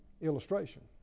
illustration